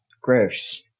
gross